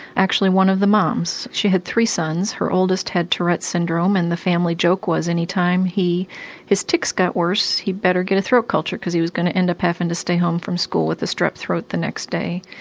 actually one of the mums, she had three sons, her oldest had tourette's syndrome and the family joke was anytime his tics got worse he'd better get a throat culture because he was going to end up having and to stay home from school with the strep throat the next day.